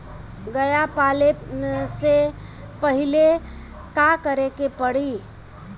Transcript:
गया पाले से पहिले का करे के पारी?